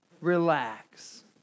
Relax